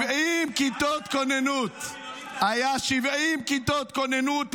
(חבר הכנסת ולדימיר בליאק יוצא מאולם המליאה.) 70 כיתות כוננות.